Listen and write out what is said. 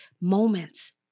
moments